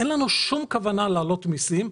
אין לנו שום כוונה להעלות מיסים,